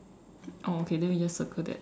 oh okay then we just circle that